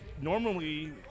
normally